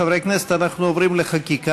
חברי הכנסת, אנחנו עוברים לחקיקה.